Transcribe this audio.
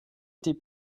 été